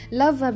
love